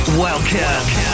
welcome